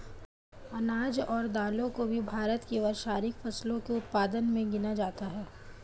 अनाज और दालों को भी भारत की वार्षिक फसलों के उत्पादन मे गिना जाता है